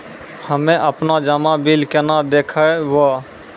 हम्मे आपनौ जमा बिल केना देखबैओ?